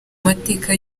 mateka